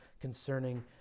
concerning